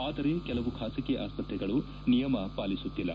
ಆದರೆ ಕೆಲವು ಖಾಸಗಿ ಆಸ್ಪತ್ರೆಗಳು ನಿಯಮ ಪಾಲಿಸುತ್ತಿಲ್ಲ